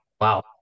Wow